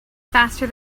faster